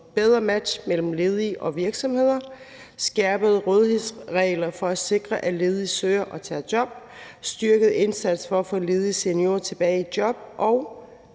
bedre match mellem ledige og virksomheder, skærpede rådighedsregler for at sikre, at ledige søger og tager job, styrket indsats for at få ledige seniorer tilbage i job og